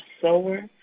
sower